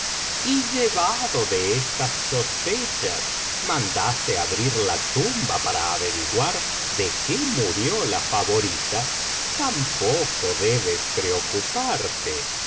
de estas sospechas mandase abrir la tumba para averiguar de qué murió la favorita tampoco debes preocuparte